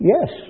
Yes